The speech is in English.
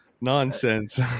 nonsense